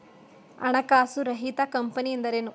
ಹಣಕಾಸು ರಹಿತ ಕಂಪನಿ ಎಂದರೇನು?